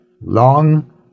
Long